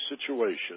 situation